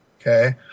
Okay